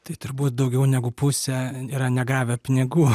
tai turbūt daugiau negu pusę yra negavę pinigų